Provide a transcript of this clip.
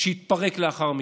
שהתפרק לאחר מכן,